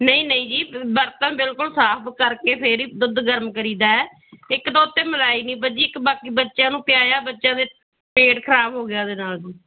ਨਹੀਂ ਨਹੀਂ ਜੀ ਬਰਤਨ ਬਿਲਕੁਲ ਸਾਫ਼ ਕਰਕੇ ਫਿਰ ਹੀ ਦੁੱਧ ਗਰਮ ਕਰੀ ਦਾ ਇੱਕ ਤਾਂ ਉੱਤੇ ਮਲਾਈ ਨਹੀਂ ਬੱਝੀ ਇੱਕ ਬਾਕੀ ਬੱਚਿਆਂ ਨੂੰ ਪਿਆਇਆ ਬੱਚਿਆਂ ਦੇ ਪੇਟ ਖ਼ਰਾਬ ਹੋ ਗਿਆ ਉਹਦੇ ਨਾਲ